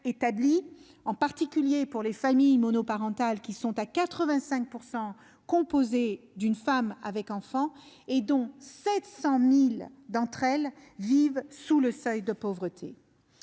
en particulier pour les familles monoparentales, qui sont à 85 % composées d'une femme avec enfants : rappelons que 700 000 d'entre elles vivent sous le seuil de pauvreté.